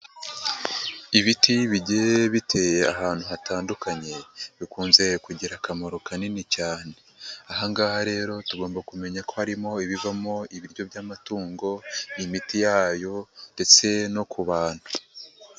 Ibiti bigiye biteye ahantu hatandukanye bikunze kugira akamaro kanini cyane ahangaha rero tugomba kumenya ko harimo ibivamo ibiryo by'amatungo, imiti yayo ndetse no ku bantu.